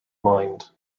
mind